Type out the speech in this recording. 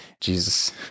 Jesus